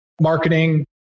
marketing